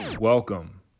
Welcome